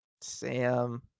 Sam